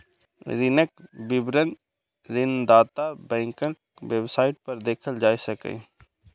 ऋणक विवरण ऋणदाता बैंकक वेबसाइट पर देखल जा सकैए